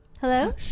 Hello